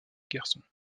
garçons